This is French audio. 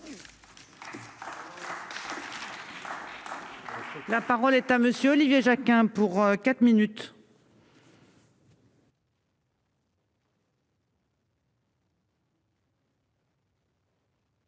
La parole est à monsieur Olivier Jacquin, pour 4 minutes.